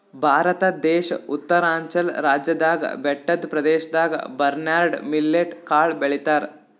ಭಾರತ ದೇಶ್ ಉತ್ತರಾಂಚಲ್ ರಾಜ್ಯದಾಗ್ ಬೆಟ್ಟದ್ ಪ್ರದೇಶದಾಗ್ ಬರ್ನ್ಯಾರ್ಡ್ ಮಿಲ್ಲೆಟ್ ಕಾಳ್ ಬೆಳಿತಾರ್